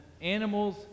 animals